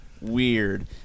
weird